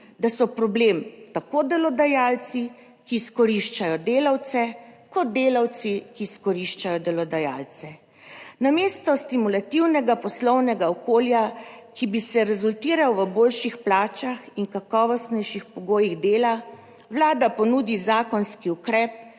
da so problem tako delodajalci, ki izkoriščajo delavce, kot delavci, ki izkoriščajo delodajalce. Namesto stimulativnega poslovnega okolja, ki bi se rezultiral v boljših plačah in kakovostnejših pogojih dela, Vlada ponudi zakonski ukrep